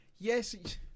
Yes